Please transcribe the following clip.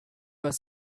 was